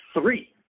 three